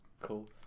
Cool